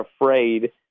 afraid